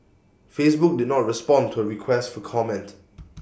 Facebook did not respond to A request for comment